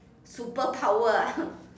superpower ah